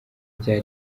vya